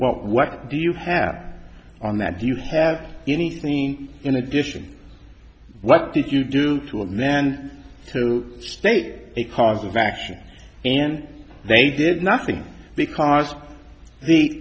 what what do you have on that do you have anything in addition what did you do to a man to state a cause of action and they did nothing because the